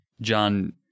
John